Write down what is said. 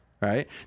right